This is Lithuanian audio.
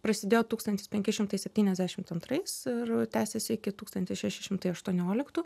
prasidėjo tūkstantis penki šimtai septyniasdešimt antrais ir tęsėsi iki tūkstantis šeši šimtai aštuonioliktų